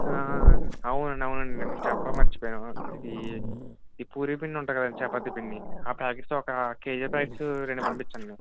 అవునండి అవునండి మీకు చెప్పడం మర్చిపోయాను ఇదీ ఈ పూరీ పిండి ఉంటుంది కదండి చపాతి పిండి ఆ ప్యాకెట్సు ఒక కేజీ ప్యాకెట్సు ఒక రెండు పంపించండి